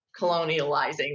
colonializing